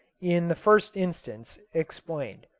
in the first instance, explained.